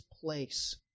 place